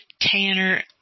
Tanner